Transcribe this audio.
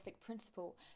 principle